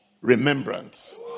remembrance